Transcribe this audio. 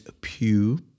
pew